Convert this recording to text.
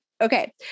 Okay